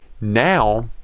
Now